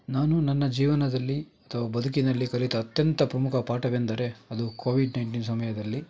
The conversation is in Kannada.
ನಾನು ನನ್ನ ಜೀವನದಲ್ಲಿ ಅಥವಾ ಬದುಕಿನಲ್ಲಿ ಕಲಿತ ಅತ್ಯಂತ ಪ್ರಮುಖ ಪಾಠವೆಂದರೆ ಅದು ಕೋವಿಡ್ ನೈಂಟೀನ್ ಸಮಯದಲ್ಲಿ